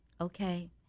Okay